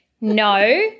No